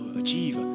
achieve